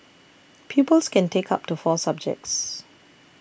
pupils can take up to four subjects